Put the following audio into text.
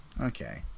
okay